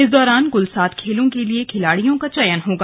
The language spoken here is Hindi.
इस दौरान कुल सात खेलों के लिए खिलाड़ियों का चयन होगा